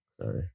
sorry